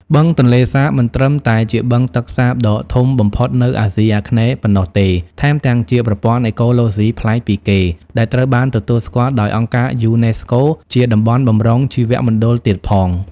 បឹងទន្លេសាបមិនត្រឹមតែជាបឹងទឹកសាបដ៏ធំបំផុតនៅអាស៊ីអាគ្នេយ៍ប៉ុណ្ណោះទេ ថែមទាំងជាប្រព័ន្ធអេកូឡូស៊ីប្លែកពីគេ ដែលត្រូវបានទទួលស្គាល់ដោយអង្គការយូណេស្កូជាតំបន់បម្រុងជីវមណ្ឌលទៀតផង។